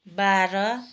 बाह्र